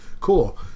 Cool